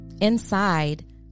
Inside